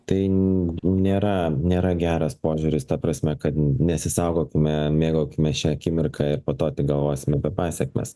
tai nėra nėra geras požiūris ta prasme kad nesisaugokime mėgaukimės šia akimirka po to pagalvosim apie pasekmes